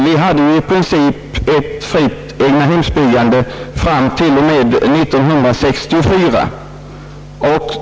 Vi hade i princip ett fritt egnahemsbyggande fram till år 1964.